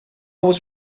was